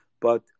but-